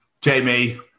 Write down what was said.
Jamie